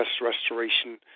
restoration